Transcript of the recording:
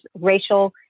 racial